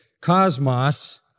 Cosmos